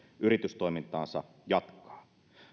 yritystoimintaansa jatkaa